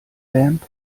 vamp